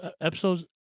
episodes